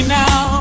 now